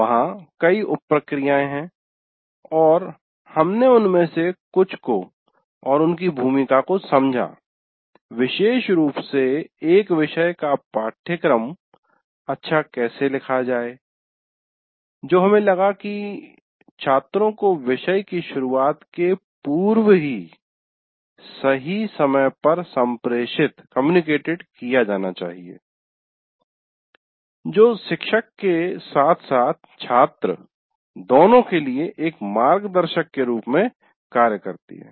वहां कई उप प्रक्रियाए है और हमने उनमें से कुछ को और उनकी भूमिका को समझा विशेष रूप से एक विषय का पाठ्यक्रम अच्छा कैसे लिखा जाए जो हमें लगा कि छात्रों को विषय की शुरुआत के पूर्व ही सही समय पर संप्रेषित किया जाना चाहिए जो शिक्षक के साथ साथ छात्र दोनों के लिए एक मार्गदर्शक के रूप में कार्य करती है